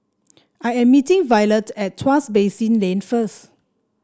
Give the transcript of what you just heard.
I am meeting Violet at Tuas Basin Lane first